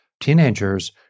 teenagers